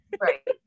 right